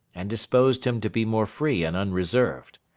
and disposed him to be more free and unreserved.